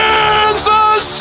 Kansas